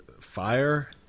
fire